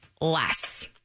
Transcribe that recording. less